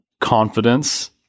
confidence